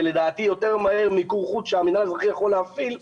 ולדעתי יותר מהר מיקור חוץ שהמינהל יכול להפעיל,